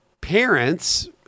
parents